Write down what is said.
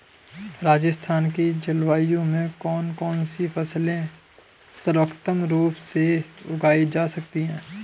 राजस्थान की जलवायु में कौन कौनसी फसलें सर्वोत्तम रूप से उगाई जा सकती हैं?